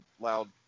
loud